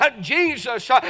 Jesus